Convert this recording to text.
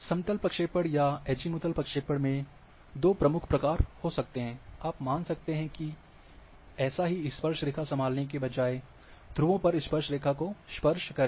समतल प्रक्षेपण या अज़ीमुथल प्रक्षेपण में दो प्रमुख प्रकार हो सकते हैं आप मान सकते हैं ऐसा ही स्पर्श रेखा संभालने के बजाय ध्रुवों पर स्पर्श रेखा को स्पर्श करें